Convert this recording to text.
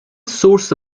source